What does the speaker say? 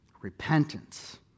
repentance